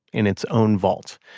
in its own vault,